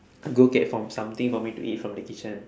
go get from something for me to eat from the kitchen